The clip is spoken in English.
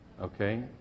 Okay